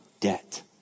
debt